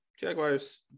Jaguars